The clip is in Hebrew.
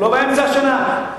לא באמצע השנה.